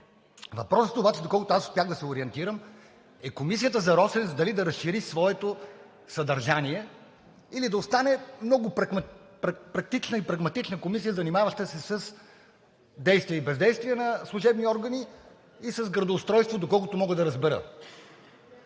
Въпросът обаче, доколкото аз успях да се ориентирам, е комисията за „Росенец“ дали да разшири своето съдържание, или да остане много практична и прагматична комисия, занимаваща се с действия и бездействия на служебни органи и с градоустройство, доколкото мога да разбера.